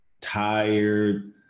tired